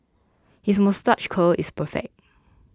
his moustache curl is perfect